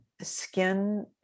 skin